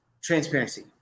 transparency